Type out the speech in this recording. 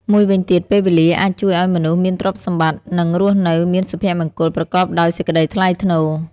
មួយវិញទៀត ពេលវេលាអាចជួយអោយមនុស្សមានទ្រព្យសម្បត្តិ និងរស់នៅមានសុភមង្គលប្រកបដោយសេចក្តីថ្លៃថ្នូរ។